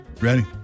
Ready